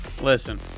Listen